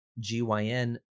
GYN